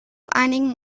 einigen